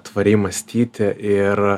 tvariai mąstyti ir